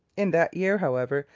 in that year, however,